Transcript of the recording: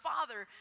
Father